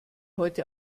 heute